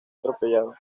atropellado